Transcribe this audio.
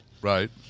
right